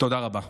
תודה רבה.